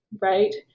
right